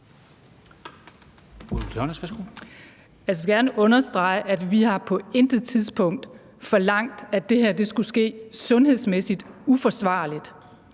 jeg vil gerne understrege, at vi på intet tidspunkt har forlangt, at det her skulle ske sundhedsmæssigt uforsvarligt.